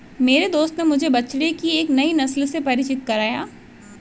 मेरे दोस्त ने मुझे बछड़े की एक नई नस्ल से परिचित कराया